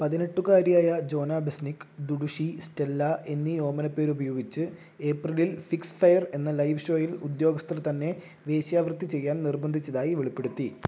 പതിനെട്ടുകാരിയായ Jona Besnik Dudushi Stella എന്നീഓമനപ്പേരുപയോഗിച്ച് ഏപ്രിലിൽ fix fair എന്ന ലൈവ് ഷോയിൽ ഉദ്യോഗസ്തർ തന്നെ വേശ്യാവൃത്തി ചെയ്യാൻ നിർബന്ദിച്ചതായി വെളിപ്പെടുത്തി